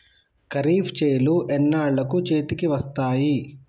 ఖరీఫ్ చేలు ఎన్నాళ్ళకు చేతికి వస్తాయి?